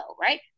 right